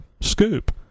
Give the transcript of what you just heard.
scoop